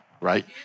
right